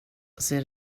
ser